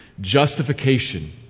Justification